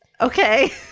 Okay